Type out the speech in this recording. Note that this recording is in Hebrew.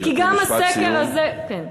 כי גם הסקר הזה, גברתי,